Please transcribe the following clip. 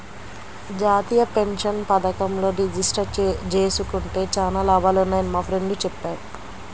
జాతీయ పెన్షన్ పథకంలో రిజిస్టర్ జేసుకుంటే చానా లాభాలున్నయ్యని మా ఫ్రెండు చెప్పాడు